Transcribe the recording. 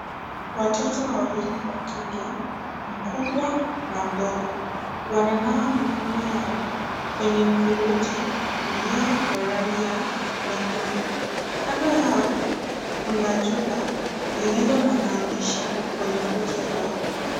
Watoto wawili wa kike mkubwa na mdogo wananawa mikono yao kwenye mfereji ulio wa rangi ya nyekundu. Kando yao kuna jumba lililo na maandishi kwenye ukuta zao.